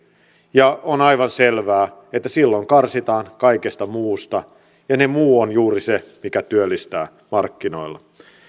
ja on aivan selvää että silloin karsitaan kaikesta muusta ja se muu on juuri se mikä työllistää markkinoilla